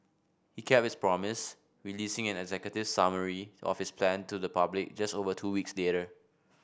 he kept his promise releasing an executive summary of his plan to the public just over two weeks later